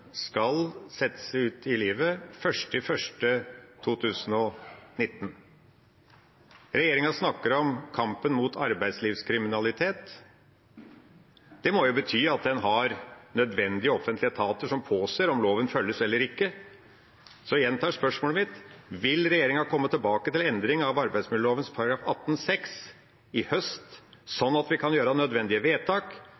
skal settes ut i livet 1. januar 2019. Regjeringa snakker om kampen mot arbeidslivskriminalitet. Det må jo bety at en har nødvendige offentlige etater som påser om loven følges eller ikke. Så jeg gjentar spørsmålet mitt: Vil regjeringa komme tilbake til endring av arbeidsmiljøloven § 18-6 i høst,